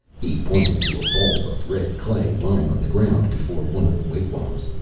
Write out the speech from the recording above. he pointed to a bowl of red clay lying on the ground before one of the wigwams.